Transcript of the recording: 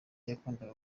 yakundaga